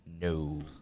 No